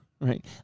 Right